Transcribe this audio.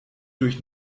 durch